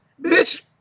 Bitch